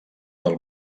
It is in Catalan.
del